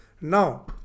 Now